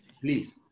please